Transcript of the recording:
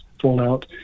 fallout